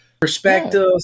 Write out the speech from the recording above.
perspectives